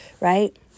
right